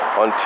on